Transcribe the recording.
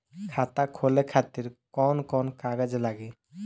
खाता खोले खातिर कौन कौन कागज लागी?